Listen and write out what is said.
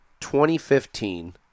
2015